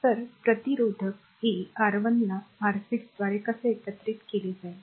तर प्रतिरोधक a ला R 6 द्वारे कसे एकत्र केले जाईल